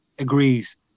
agrees